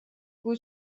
بود